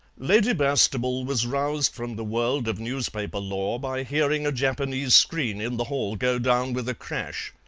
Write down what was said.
lady bastable was roused from the world of newspaper lore by hearing a japanese screen in the hall go down with a crash.